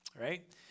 right